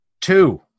Two